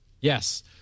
yes